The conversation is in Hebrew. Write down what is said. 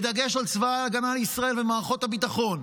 בדגש על צבא ההגנה לישראל ומערכות הביטחון,